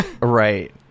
Right